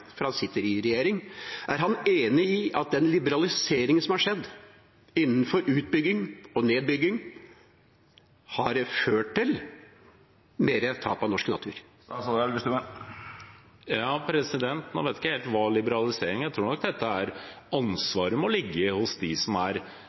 han sitter i regjering. Er han enig i at den liberaliseringen som har skjedd innenfor utbygging og nedbygging, har ført til mer tap av norsk natur? Jeg vet ikke helt hva gjelder liberalisering. Ansvaret må ligge hos dem som er